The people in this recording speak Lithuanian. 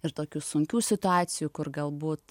ir tokių sunkių situacijų kur galbūt